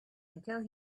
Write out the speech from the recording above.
until